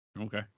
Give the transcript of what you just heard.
Okay